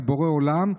לבורא עולם,